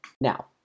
Now